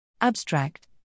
Abstract